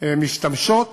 משתמשות בו.